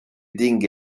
dinge